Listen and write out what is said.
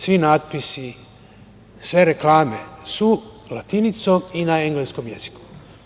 Svi natpisi, sve reklame su latinicom i na engleskom jeziku.